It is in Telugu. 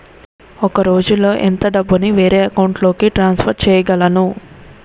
ఒక రోజులో ఎంత డబ్బుని వేరే అకౌంట్ లోకి ట్రాన్సఫర్ చేయగలను?